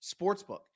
sportsbook